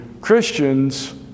Christians